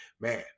man